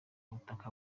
ubutaka